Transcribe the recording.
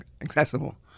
accessible